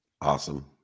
Awesome